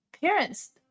parents